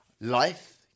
life